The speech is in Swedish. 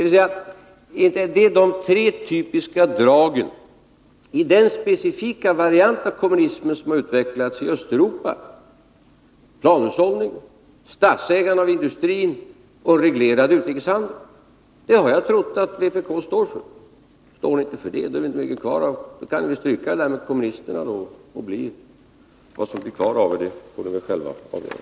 Ärinte detta de tre typiska dragen i den specifika variant av kommunismen som har utvecklats i Östeuropa: planhushållning, statsägande av industrin och reglerad utrikeshandel? Det har jag trott att vpk står för. Står ni inte för det, är det inte mycket kvar. Då kan ni stryka det där med kommunisterna. Vad som blir kvar av er får ni väl själva avgöra.